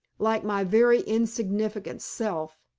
like my very insignificant self.